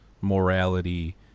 morality